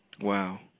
Wow